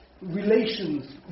relations